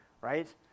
right